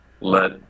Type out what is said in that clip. let